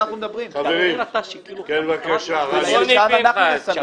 חברים, כן בבקשה --- רוני פנחס.